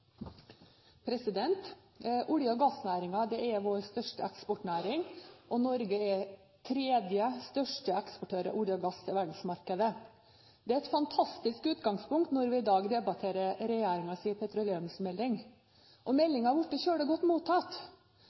vår største eksportnæring, og Norge er den tredje største eksportør av olje og gass til verdensmarkedet. Det er et fantastisk utgangspunkt når vi i dag debatterer regjeringens petroleumsmelding. Meldingen er blitt svært godt mottatt.